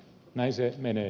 näin se menee